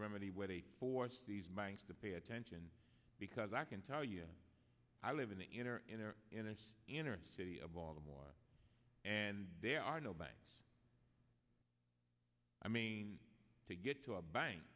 remedy where they force these mines to pay attention because i can tell you i live in the inner inner in an inner city of baltimore and there are no banks i mean to get to a bank